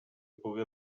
pugui